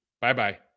bye-bye